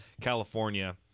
California